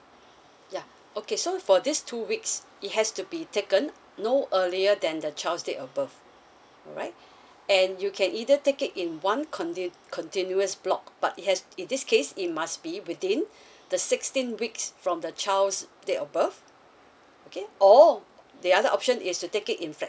yeah okay so for this two weeks it has to be taken no earlier than the child's date of birth alright and you can either take it in one conti~ continuous block but it has in this case it must be within the sixteen weeks from the child's date of birth okay or the other option is to take it